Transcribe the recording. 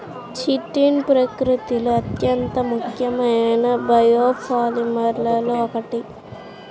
chitin ప్రకృతిలో అత్యంత ముఖ్యమైన బయోపాలిమర్లలో ఒకటి